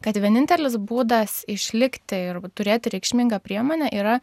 kad vienintelis būdas išlikti ir turėti reikšmingą priemonę yra